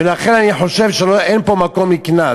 ולכן אני חושב שאין פה מקום לקנס.